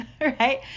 Right